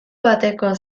bateko